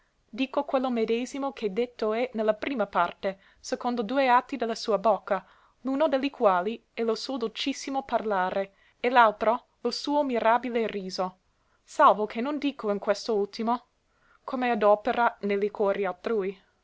dico quello medesimo che detto è ne la prima parte secondo due atti de la sua bocca l'uno de li quali è lo suo dolcissimo parlare e l'altro lo suo mirabile riso salvo che non dico di questo ultimo come adopera ne li cuori altrui